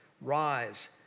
Rise